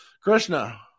Krishna